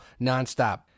nonstop